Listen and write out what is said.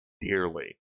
dearly